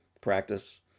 practice